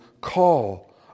call